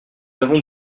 avons